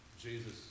Jesus